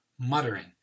muttering